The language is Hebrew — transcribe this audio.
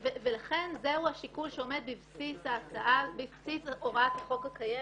זהו השיקול שעומד בבסיס הוראת החוק הקיימת.